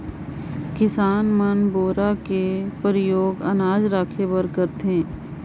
किसान मन बोरा कर परियोग अनाज राखे बर करथे